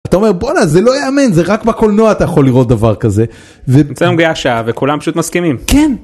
אתה אומר בואנה זה לא יאמן זה רק בקולנוע אתה יכול לראות דבר כזה. אצלנו מגיעה השעה וכולם פשוט מסכימים.כן!